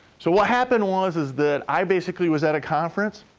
so what happened was is that i basically was at a conference,